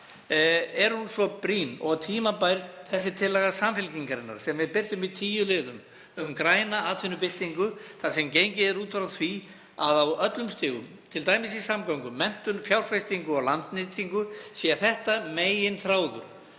hún svo brýn og tímabær, tillaga Samfylkingarinnar, sem við birtum í tíu liðum, um græna atvinnubyltingu þar sem gengið er út frá því að á öllum stigum, t.d. í samgöngum, menntun, fjárfestingu og landnýtingu, sé þetta meginþráður